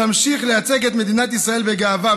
תמשיך לייצג את מדינת ישראל בגאווה,